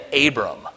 Abram